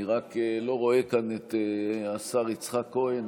אני רק לא רואה כאן את השר יצחק כהן,